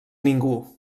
ningú